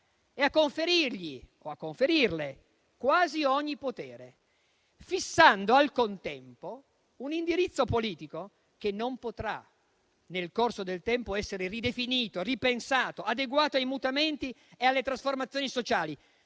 e a conferirgli o a conferirle quasi ogni potere, fissando, al contempo, un indirizzo politico che non potrà, nel corso del tempo, essere ridefinito, ripensato, adeguato ai mutamenti e alle trasformazioni sociali,